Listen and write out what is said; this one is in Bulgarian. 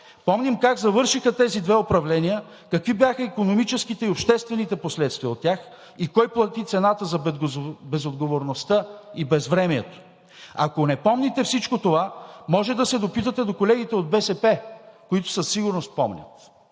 помним как завършиха тези две управления, какви бяха икономическите и обществените последствия от тях и кой плати цената за безотговорността и безвремието. Ако не помните всичко това, може да се допитате до колегите от БСП, които със сигурност помнят.